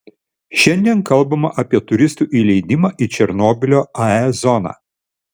šiandien kalbama apie turistų įleidimą į černobylio ae zoną